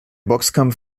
boxkampf